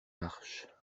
marches